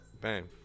bang